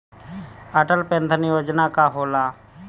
Atal pension योजना का होला?